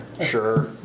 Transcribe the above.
Sure